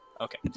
Okay